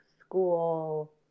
school